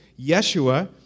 Yeshua